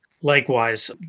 Likewise